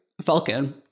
Falcon